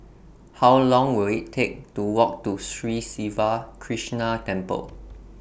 How Long Will IT Take to Walk to Sri Siva Krishna Temple